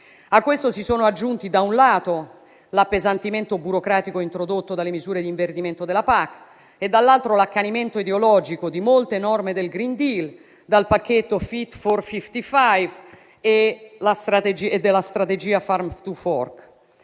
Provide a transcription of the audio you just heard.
A questo si sono aggiunti, da un lato, l'appesantimento burocratico introdotto dalle misure d'inverdimento della politica agricola comune (PAC) e, dall'altro, l'accanimento ideologico di molte norme del *green new deal*, del pacchetto "Fit for 55" e della strategia "Farm to Fork".